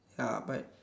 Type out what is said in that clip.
ya but